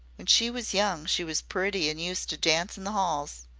when she was young she was pretty an' used to dance in the alls.